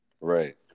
right